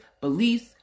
beliefs